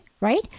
right